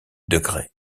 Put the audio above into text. degrés